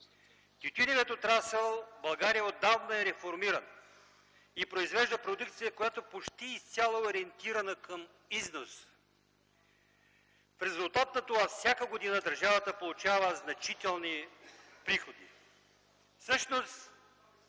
Тютюневият отрасъл в България отдавна е реформиран и произвежда продукция, която почти изцяло е ориентирана към износ. В резултат на това всяка година държавата получава значителни приходи.